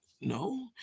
no